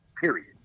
Period